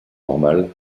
normale